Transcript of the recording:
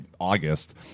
august